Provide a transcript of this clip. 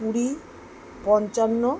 কুড়ি পঞ্চান্ন